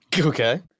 Okay